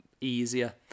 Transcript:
easier